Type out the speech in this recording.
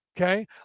okay